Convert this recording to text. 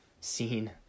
scene